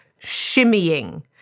shimmying